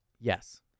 Yes